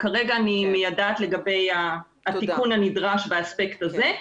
כרגע אני מיידעת לגבי התיקון הנדרש באספקט הזה.